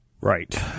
Right